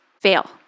fail